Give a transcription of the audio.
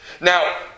Now